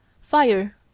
Fire